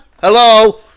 Hello